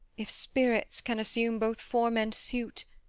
if spirits can assume both form and suit,